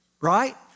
right